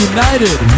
United